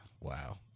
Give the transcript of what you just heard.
Wow